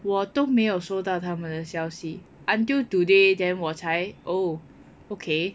我都没有收到他们的消息 until today then 我才 oh okay